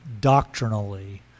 doctrinally